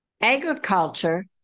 agriculture